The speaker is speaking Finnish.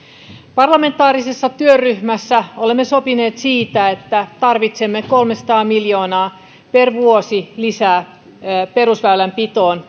parlamentaarisessa työryhmässä olemme sopineet siitä että tarvitsemme kolmesataa miljoonaa per vuosi lisää rahoitusta perusväylänpitoon